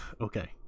Okay